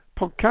Podcast